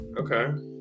Okay